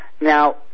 Now